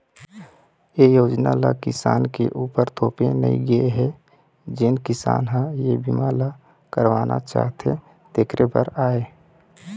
ए योजना ल किसान के उपर थोपे नइ गे हे जेन किसान ह ए बीमा ल करवाना चाहथे तेखरे बर आय